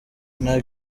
nta